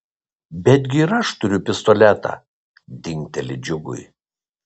betgi ir aš turiu pistoletą dingteli džiugui